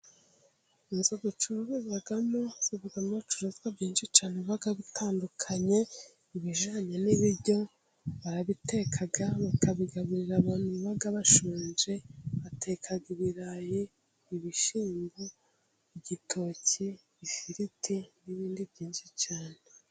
inzu bacururizamo zibamo ibicuruzwa byinshi cyane biba bitandukanye ibijanye n'ibiryo barabiteka bakabigaburira abantu baba bashonje bateka ibirayi, ibishyimbo, igitoki, ifiriti n'ibindi byinshi cyane.